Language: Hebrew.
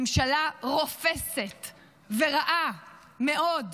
ממשלה רופסת ורעה מאוד.